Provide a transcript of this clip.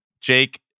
Jake